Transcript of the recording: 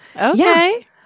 Okay